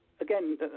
again